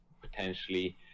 potentially